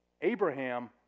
Abraham